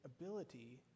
ability